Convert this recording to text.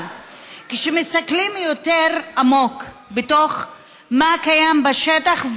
אבל כשמסתכלים יותר עמוק על מה שקיים בשטח,